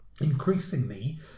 Increasingly